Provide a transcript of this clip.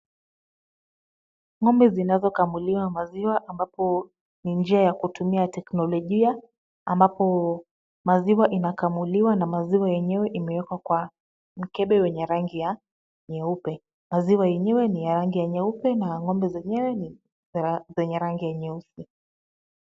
Ng'ombe zinazokamuliwa maziwa ambapo ni njia ya kutumia teknolojia ambapo maziwa inakamuliwa na maziwa yenyewe imewekwa kwa mkebe wenye rangi ya nyeupe. Maziwa yenyewe ni ya rangi nyeupe na ng'ombe zenyewe ni zenye rangi ya nyeusi.